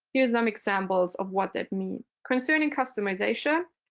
here's some examples of what that means. concerning customization,